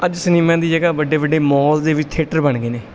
ਅੱਜ ਸਿਨੇਮਿਆਂ ਦੀ ਜਗ੍ਹਾ ਵੱਡੇ ਵੱਡੇ ਮੌਲ ਦੇ ਵਿੱਚ ਥਿਏਟਰ ਬਣ ਗਏ ਨੇ